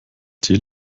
tier